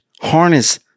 harness